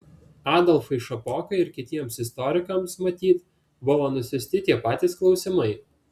adolfui šapokai ir kitiems istorikams matyt buvo nusiųsti tie patys klausimai